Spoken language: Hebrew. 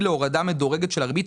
להורדה מדורגת של הריבית.